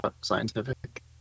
scientific